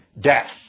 death